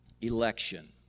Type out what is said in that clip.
election